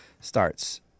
starts